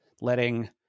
letting